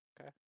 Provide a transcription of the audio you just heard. Okay